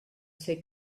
ser